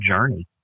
journey